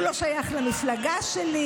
הוא לא שייך למפלגה שלי.